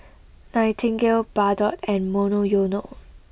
Nightingale Bardot and Monoyono